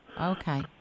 Okay